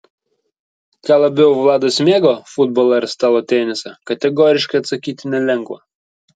ką labiau vladas mėgo futbolą ar stalo tenisą kategoriškai atsakyti nelengva